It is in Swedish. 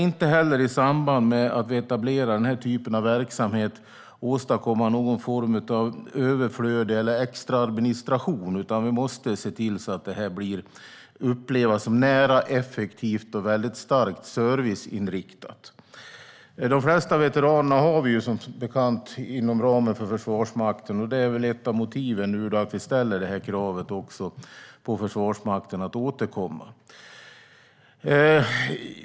I samband med att vi etablerar den här typen av verksamhet ska vi inte heller åstadkomma någon form av överflöd eller extra administration, utan vi måste se till att detta upplevs som nära, effektivt och starkt serviceinriktat. De flesta veteraner finns trots allt inom Försvarsmakten. Det är ett av motiven till att vi nu begär att Försvarsmakten ska återkomma i den här frågan.